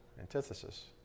Antithesis